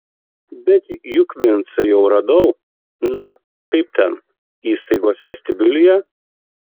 bet juk vincą jau radau na kaip ten įstaigos vestibiulyje